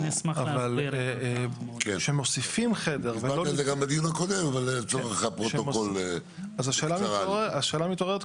השאלה המתעוררת,